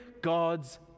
God's